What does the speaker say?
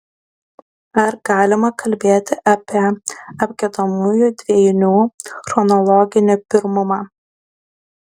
ar galima kalbėti apie apgiedamųjų dvejinių chronologinį pirmumą